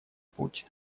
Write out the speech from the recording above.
путь